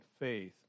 faith